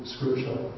Scripture